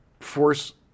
force